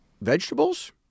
vegetables